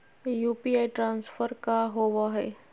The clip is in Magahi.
यू.पी.आई ट्रांसफर का होव हई?